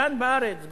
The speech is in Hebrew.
כאן בארץ,